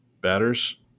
batters